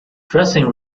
dressing